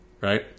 right